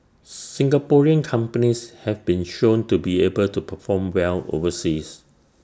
Singaporean companies have been shown to be able to perform well overseas